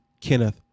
Kenneth